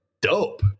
dope